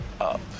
up